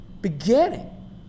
beginning